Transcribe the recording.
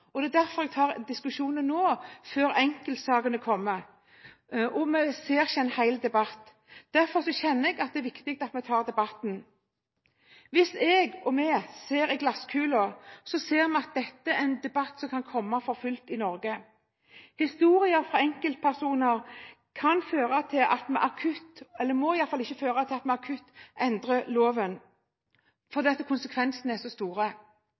og det er derfor jeg tar diskusjonen nå, før enkeltsakene kommer. Vi ser ikke en hel debatt. Derfor kjenner jeg at det er viktig at vi tar debatten. Hvis vi ser i glasskulen, ser vi at dette er en debatt som kan komme for fullt i Norge. Historier fra enkeltpersoner må i alle fall ikke føre til at vi akutt endrer loven, fordi konsekvensene er så store.